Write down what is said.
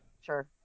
Sure